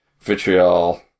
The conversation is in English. Vitriol